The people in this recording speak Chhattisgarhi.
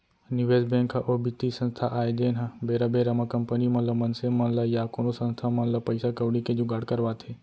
निवेस बेंक ह ओ बित्तीय संस्था आय जेनहा बेरा बेरा म कंपनी मन ल मनसे मन ल या कोनो संस्था मन ल पइसा कउड़ी के जुगाड़ करवाथे